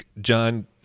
John